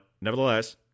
nevertheless